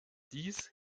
dies